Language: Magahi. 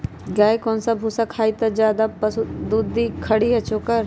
गाय कौन सा भूसा खाई त ज्यादा दूध दी खरी या चोकर?